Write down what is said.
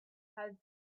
have